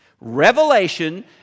Revelation